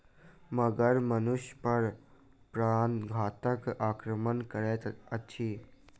मगर मनुष पर प्राणघातक आक्रमण करैत अछि